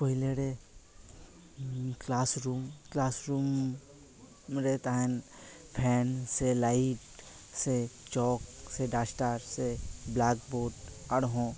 ᱯᱩᱭᱞᱩᱨᱮ classroom ᱠᱮᱞᱟᱥᱨᱩᱢᱨᱮ ᱛᱟᱦᱮᱱ fan ᱥᱮ ᱞᱟᱭᱤᱴ ᱥᱮ ᱪᱚᱠ ᱥᱮ ᱰᱟᱥᱴᱟᱨ ᱥᱮ ᱵᱞᱮᱠᱵᱨᱳᱰ ᱟᱨᱦᱚᱸ